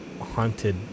haunted